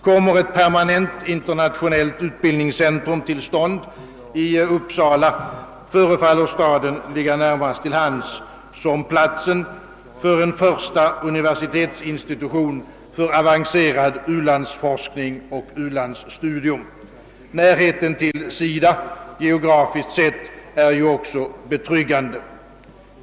Kommer ett permanent internationellt utbildningscentrum till stånd i Uppsala förefaller staden ligga närmast till hands som platsen för den första universitetsinstitutionen för avancerad u-landsforskning och avancerat u-landsstudium. Närheten till SIDA geografiskt sett är ju också betryggande.